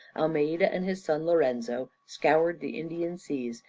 almeida and his son, lorenzo, scoured the indian seas,